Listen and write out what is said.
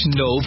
no